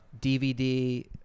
DVD